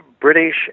British